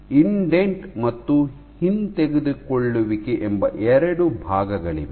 indent ಮತ್ತು ಹಿಂತೆಗೆದುಕೊಳ್ಳುವಿಕೆ ಎಂಬ ಎರಡು ಭಾಗಗಳಿವೆ